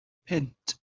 punt